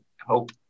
Hope